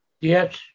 yes